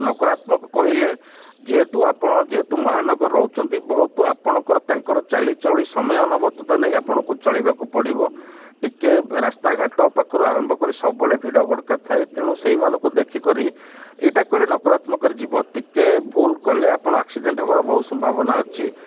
ନକାରାତ୍ମକ କହିଲେ ଯେହେତୁ ଆପଣ ଯେହେତୁ ମହାନଗର ରହୁଚନ୍ତି ବହୁତ ଆପଣଙ୍କର ତାଙ୍କର ଚାଲିଚଳି ସମୟ ନେଇ ଆପଣଙ୍କୁ ଚଳିବାକୁ ପଡ଼ିବ ଟିକିଏ ରାସ୍ତାଘାଟ ପାଖରୁ ଆରମ୍ଭ କରି ସବୁବେଳେ ଭିଡ଼ ଭଡ଼କା ଥାଏ ତେଣୁ ସେଇମାନଙ୍କୁ ଦେଖିକରି ଏଇଟା କହିଲେ ନକାରାତ୍ମକରେ ଯିବ ଟିକେ ଭୁଲ କଲେ ଆପଣ ଆକ୍ସିଡ଼େଣ୍ଟ୍ ହେବାର ବହୁତ ସମ୍ଭାବନା ଅଛି